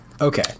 Okay